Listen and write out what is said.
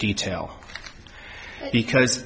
detail because